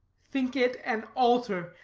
think it an altar,